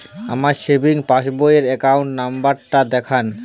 আমার সেভিংস পাসবই র অ্যাকাউন্ট নাম্বার টা দেখান?